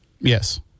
Yes